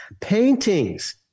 paintings